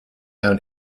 down